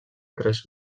tres